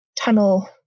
tunnel